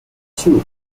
too